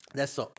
Adesso